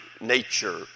nature